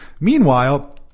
Meanwhile